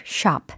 shop